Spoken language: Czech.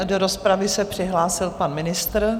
Do rozpravy se přihlásil pan ministr.